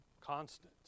Constant